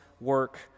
work